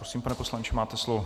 Prosím, pane poslanče, máte slovo.